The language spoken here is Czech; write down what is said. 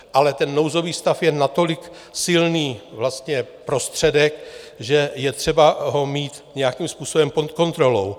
Ale ten nouzový stav je natolik silný prostředek, že je třeba ho mít nějakým způsobem pod kontrolou.